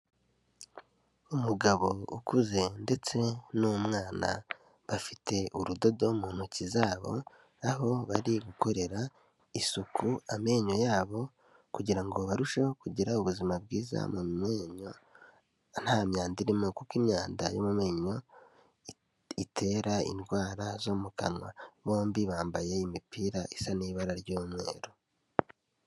Umugabo ukuze ndetse n'umwana, bafite urudodo mu ntoki zabo, aho bari gukorera isuku amenyo yabo, kugirango ngo barusheho kugira ubuzima bwiza, mu menyo nta myanda irimo, kuko imyanda yo mu menyo itera indwara zo mu kanwa, bombi bambaye imipira isa n'ibara ry'umweru.